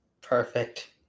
Perfect